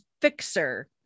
Fixer